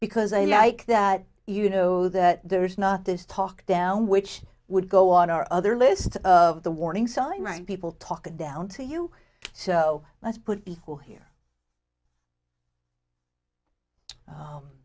because i like that you know that there's not this talk down which would go on our other list of the warning sign right people talk down to you so let's put equal here